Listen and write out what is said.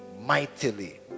mightily